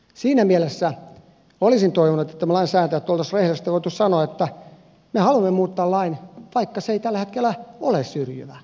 siinä mielessä olisin toivonut että me lainsäätäjät olisimme rehellisesti voineet sanoa että me haluamme muuttaa lain vaikka se ei tällä hetkellä ole syrjivä